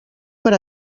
per